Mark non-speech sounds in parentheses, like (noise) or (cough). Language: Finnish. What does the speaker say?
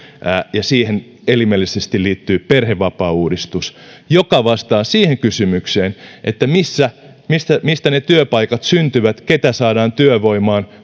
ja siihen elimellisesti liittyy perhevapaauudistus joka vastaa siihen kysymykseen että mistä mistä ne työpaikat syntyvät keitä saadaan työvoimaan (unintelligible)